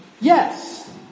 yes